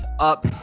Up